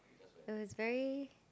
it was very